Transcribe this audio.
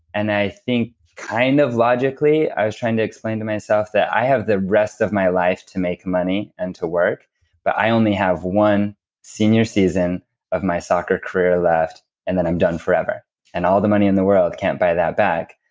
and i think kind of logically i was trying to explain to myself that i have the rest of my life to make money and to work but i only have one senior season of my soccer career left and then i'm done forever and all the money in the world can't buy that back,